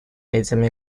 этими